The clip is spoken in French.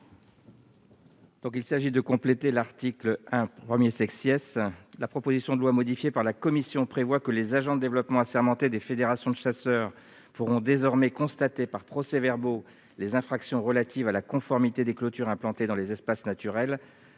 : La parole est à M. le rapporteur. La proposition de loi modifiée par la commission prévoit que les agents de développement assermentés des fédérations de chasseurs pourront désormais constater par procès-verbaux les infractions relatives à la conformité des clôtures implantées dans les espaces naturels,